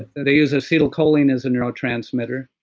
they use acetylcholine as a neurotransmitter.